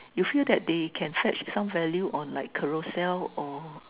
you feel that they can fetch some value on like Carousell or